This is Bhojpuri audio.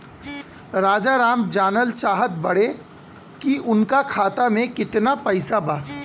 राजाराम जानल चाहत बड़े की उनका खाता में कितना पैसा बा?